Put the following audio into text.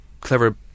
clever